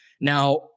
Now